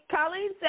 Colleen